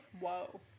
Whoa